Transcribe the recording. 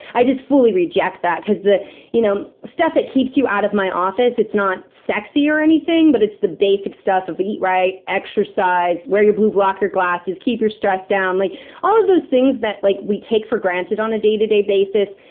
i just fully reject that, because the you know stuff that keeps you out of my office, it's not sexy or anything. but it's the basic stuff of eat right, exercise, wear your blue blocker glasses, keep your stress down, like all of those things that like we take for granted on a day to day basis.